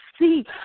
See